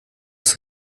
ist